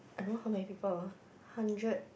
I don't know how many people hundred